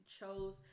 chose